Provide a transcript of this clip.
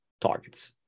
targets